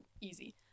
Easy